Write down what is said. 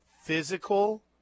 Physical